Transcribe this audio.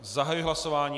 Zahajuji hlasování.